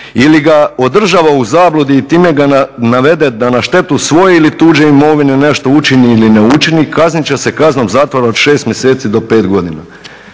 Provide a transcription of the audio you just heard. ili ga održava u zabludi i time ga navede da na štetu svoje ili tuđe imovine nešto učini ili ne učini kaznit će se kaznom zatvora od 6 mjeseci do 5 godina.